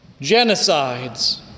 genocides